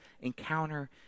encounter